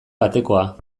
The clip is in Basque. batekoa